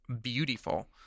beautiful